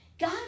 God